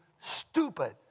stupid